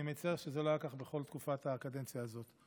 אני מצר שזה לא היה כך בכל תקופת הקדנציה הזאת.